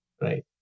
right